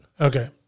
Okay